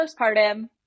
postpartum